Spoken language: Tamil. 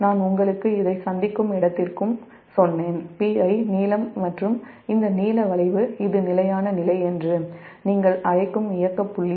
நான் உங்களுக்கும் இது சந்திக்கும் இடத்திற்கும் சொன்னேன் Pi நீல மற்றும் இந்த நீல வளைவு இது நிலையான நிலை என்று நீங்கள் அழைக்கும் இயக்க புள்ளி